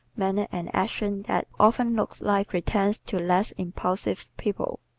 manner and action that often looks like pretence to less impulsive people.